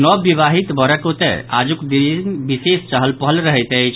नव विवाहित वरक ओतय आजुक दिन विशेष चहल पहल रहैत अछि